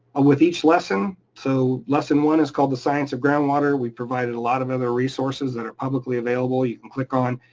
ah with each lesson, so lesson one is called, the science of groundwater. we provided a lot of other resources that are publicly available you can click on.